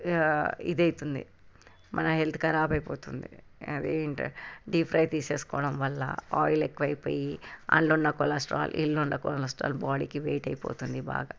ఇది అవుతుంది మన హెల్త్ ఖరాబ్ అయిపోతుంది అది డీప్ ఫ్రై తీసుకోవడం వల్ల ఆయిలు ఎక్కువ అయి పోయి అందులో ఉన్న కొలెస్ట్రాల్ ఇందులో ఉన్న కొలెస్ట్రాల్ బాడీకి వెయిట్ అయిపోతుంది బాగా